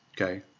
okay